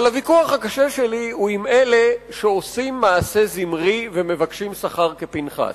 אבל הוויכוח הקשה שלי הוא עם אלה שעושים מעשה זמרי ומבקשים שכר כפנחס,